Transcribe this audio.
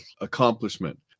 accomplishment